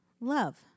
love